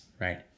right